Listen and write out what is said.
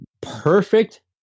perfect